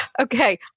Okay